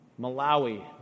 Malawi